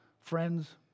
friends